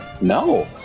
No